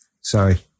Sorry